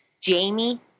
Jamie